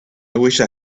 wished